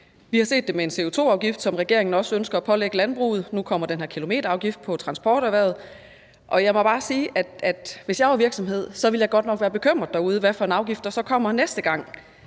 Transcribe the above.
Vi har set det med en CO2-afgift, som regeringen også ønsker at pålægge landbruget, nu kommer den her kilometerafgift på transporterhvervet, og jeg må bare sige, at hvis jeg var virksomhed derude, ville jeg godt nok være bekymret for, hvad for en afgift der så kommer næste gang.